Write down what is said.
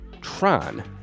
Tron